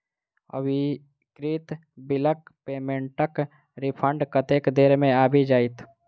अस्वीकृत बिलक पेमेन्टक रिफन्ड कतेक देर मे आबि जाइत?